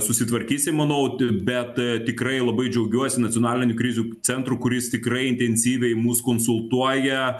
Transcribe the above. susitvarkysm manau bet tikrai labai džiaugiuosi nacionaliniu krizių centru kuris tikrai intensyviai mus konsultuoja